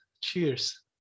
cheers